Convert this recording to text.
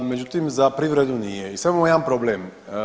Međutim, za privredu nije i sada imamo jedan problem.